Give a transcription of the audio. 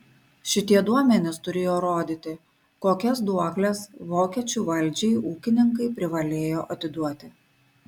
šitie duomenys turėjo rodyti kokias duokles vokiečių valdžiai ūkininkai privalėjo atiduoti